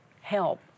help